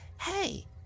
hey